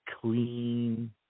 clean